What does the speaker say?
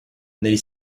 negli